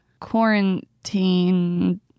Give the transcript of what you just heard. quarantine